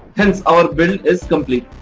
hence our build is complete.